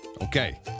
Okay